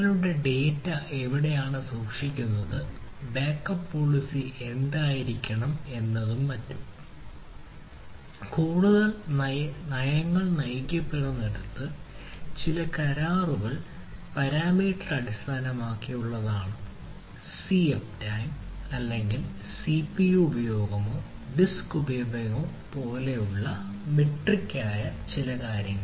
നിങ്ങളുടെ ഡാറ്റ എവിടെയാണ് സൂക്ഷിക്കുന്നത് ബാക്കപ്പ് പോളിസി എന്തായിരിക്കണം എന്നതും മറ്റും കൂടുതൽ നയങ്ങൾ നയിക്കപ്പെടുന്നിടത്ത് ചില കരാറുകൾ പാരാമീറ്റർ അടിസ്ഥാനമാക്കിയുള്ളതാണ് സീ അപ് ടൈം ഉപയോഗമോ പോലുള്ളവ മെട്രിക്സ് ആയ ചില കാര്യങ്ങൾ